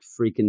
freaking